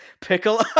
pickle